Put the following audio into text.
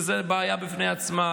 שזו בעיה בפני עצמה.